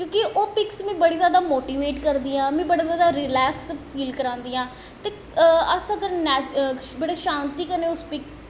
क्योंकि ओह् पिक्स मिगी बड़ी जादा मोटिवेट करदियां मिगी बड़ी जादा रलैक्स फील करांदियां ते अस अगर बड़े शांती कन्नै उस पिक